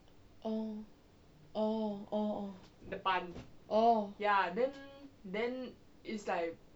oh oh oh oh